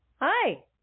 Hi